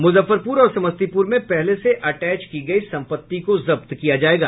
मुजफ्फरपुर और समस्तीपुर में पहले से अटैच की गई संपत्ति को जब्त किया जायेगा